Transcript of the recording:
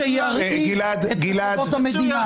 שירעיד את --- המדינה,